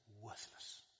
worthless